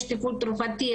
יש טיפול תרופתי,